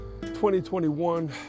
2021